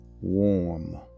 Warm